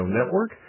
Network